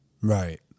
Right